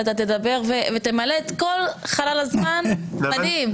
ואתה תדבר ותמלא את כל חלל הזמן כדין.